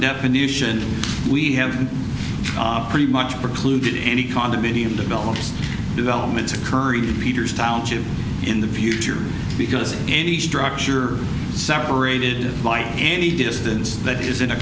definition we have pretty much precluded any condominium development developments occur even peters township in the future because any structure separated by any distance that is in a